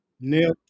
nail